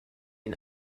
ihn